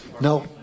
No